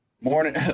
Morning